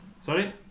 Sorry